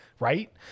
Right